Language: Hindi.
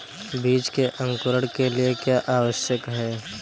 बीज के अंकुरण के लिए क्या आवश्यक है?